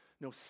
No